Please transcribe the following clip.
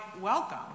welcome